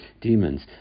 demons